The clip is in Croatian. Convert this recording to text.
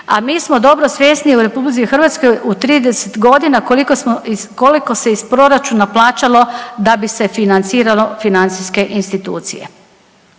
a mi smo dobro svjesni u RH u 30 godina koliko smo, koliko se iz proračuna plaćalo da bi se financiralo financijske institucije.